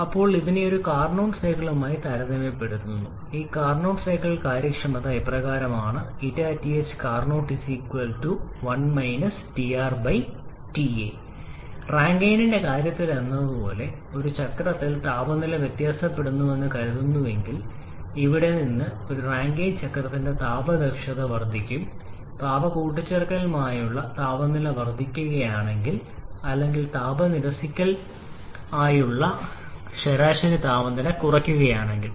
ഇപ്പോൾ ഇതിനെ ഒരു കാർനോട്ട് സൈക്കിളുമായി താരതമ്യപ്പെടുത്തുന്നു ഒരു കാർനോട്ട് സൈക്കിളിന് കാര്യക്ഷമത ഇപ്രകാരമാണ് 𝜂𝑡ℎ 𝐶𝑎𝑟𝑛𝑜𝑡 1 𝑇𝑅 𝑇𝐴 റാങ്കൈനിന്റെ കാര്യത്തിലെന്നപോലെ ഒരു ചക്രത്തിൽ താപനില വ്യത്യാസപ്പെടുന്നുവെന്ന് കരുതുന്നുവെങ്കിൽ ഇവിടെ നിന്ന് നമുക്ക് ഒരു റാങ്കൈൻ ചക്രത്തിന്റെ താപ ദക്ഷത വർദ്ധിക്കും താപകൂട്ടിച്ചേർക്കൽ മായുള്ള ശരാശരി താപനില വർധിക്കുകയാണെങ്കിൽ അല്ലെങ്കിൽ താപ നിരസിക്കൽ മായുള്ള ഉള്ള ശരാശരി താപനില കുറയ്ക്കുകയാണെങ്കിൽ